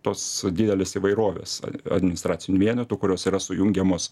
tos didelės įvairovės administracinių vienetų kurios yra sujungiamos